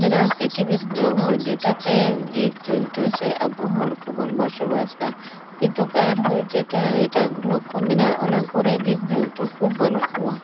ᱢᱮᱱᱟᱜᱼᱟ ᱯᱨᱤᱛᱷᱤᱵᱤᱨ ᱜᱨᱚᱦᱚ ᱡᱮᱴᱟᱛᱮ ᱡᱤᱵᱽᱼᱡᱚᱱᱛᱩ ᱥᱮ ᱟᱵᱚ ᱦᱚᱲᱠᱚ ᱵᱚᱱ ᱵᱚᱥᱚ ᱵᱟᱥ ᱮᱫᱟ ᱠᱤᱱᱛᱩ ᱟᱨᱦᱚ ᱡᱮᱴᱟ ᱮᱴᱟᱜ ᱜᱨᱚᱦᱚᱠᱚ ᱢᱠᱮᱱᱟᱜ ᱚᱱᱟ ᱠᱚᱨᱮ ᱡᱤᱵᱽᱼᱡᱚᱱᱛᱩᱠᱚ ᱵᱟᱹᱱᱩᱜ ᱠᱚᱣᱟ